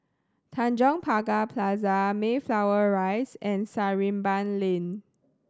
Tanjong Pagar Plaza Mayflower Rise and Sarimbun Lane